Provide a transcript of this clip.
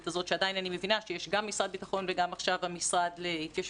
הזאת אני מבינה שגם עדיין משרד הביטחון והמשרד להתיישבות,